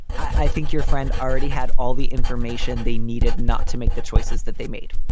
i think your friend already had all the information they needed not to make the choices that they made.